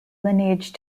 lineage